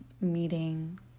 meeting